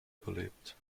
überlebt